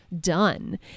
done